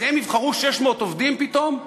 אז הם יבחרו 600 עובדים פתאום,